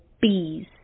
bees